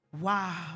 Wow